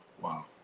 Wow